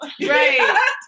right